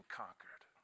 conquered